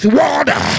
water